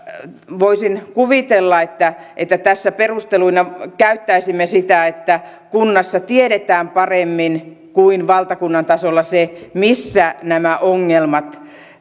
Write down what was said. voisin kuvitella että että tässä perusteluina käyttäisimme sitä että kunnassa tiedetään paremmin kuin valtakunnan tasolla se missä nämä ongelmat